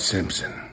Simpson